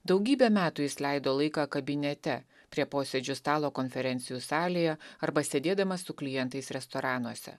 daugybę metų jis leido laiką kabinete prie posėdžių stalo konferencijų salėje arba sėdėdamas su klientais restoranuose